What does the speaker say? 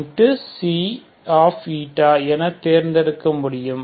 C என தேர்ந்தெடுக்க முடியும்